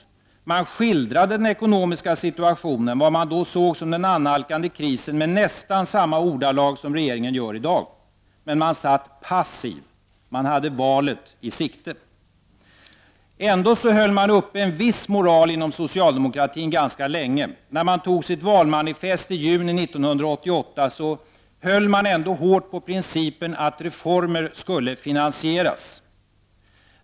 Och regeringen skildrade den ekonomiska situationen — vad som då sågs som den annalkande krisen — i nästan samma ordalag som regeringen gör i dag. Men regeringen satt passiv — den hade valet i sikte. Ändå hölls en viss moral uppe ganska länge inom socialdemokratin. När socialdemokraterna antog sitt valmanifest i juni 1988 höll socialdemokraterna hårt på principen att reformer skulle finansieras.